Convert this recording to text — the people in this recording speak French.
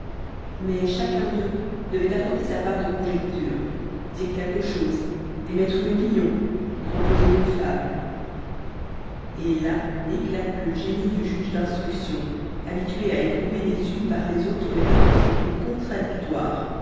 mais chacun d'eux devait apporter sa part de conjectures dire quelque chose émettre une opinion proposer une fable et là éclate le génie du juge d'instruction habitué à éprouver les unes par les autres les réponses les plus contradictoires